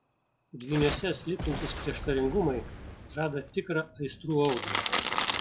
dvyniuose slypintys prieštaringumai žada tikrą aistrų audrą